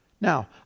Now